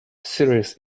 serious